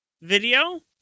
video